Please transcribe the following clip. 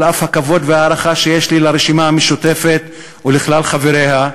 על אף הכבוד וההערכה שיש לי לרשימה המשותפת ולכלל חבריה,